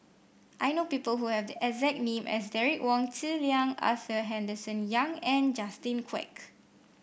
I know people who have the exact name as Derek Wong Zi Liang Arthur Henderson Young and Justin Quek